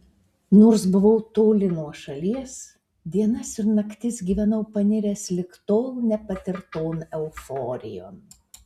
nors buvau toli nuo šalies dienas ir naktis gyvenau paniręs lig tol nepatirton euforijon